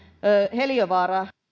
heliövaara